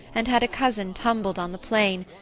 and had a cousin tumbled on the plain,